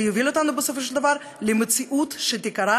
יובילו אותנו בסופו של דבר למציאות שתיקרא,